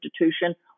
institution